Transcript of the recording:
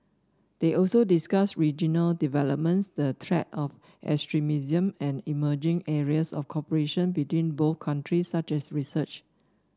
they also discussed regional developments the threat of extremism and emerging areas of cooperation between both countries such as research